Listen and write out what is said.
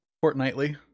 Fortnightly